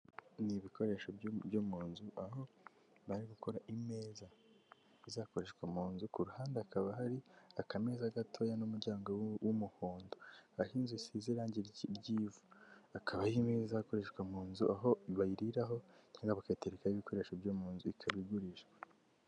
Nibikoresho byo mu nzu aho bari gukora imeza izakoreshwa mu nzu ku ruhande hakaba hari akameza gatoya n'umuryango w'umuhondo aho inzu isize irangi ry'ivu hakaba imwe izakoreshwa mu nzu aho bayiriraho cyangwa aba bakaterekaho ibikoresho byo mu nzu ikaba igurishwa.